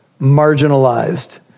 marginalized